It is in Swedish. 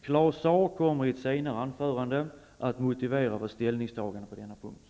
Claus Zaar kommer i ett senare anförande att motivera vårt ställningstagande på denna punkt.